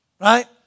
right